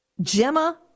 Gemma